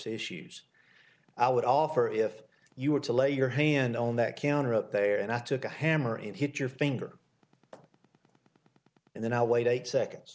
issues i would offer if you were to lay your hand on that camera there and i took a hammer and hit your finger then i'll wait eight seconds